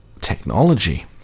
technology